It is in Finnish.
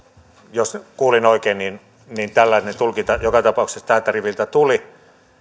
jos kuulin oikein niin niin tällainen tulkinta joka tapauksessa tältä riviltä tuli